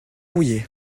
rouillé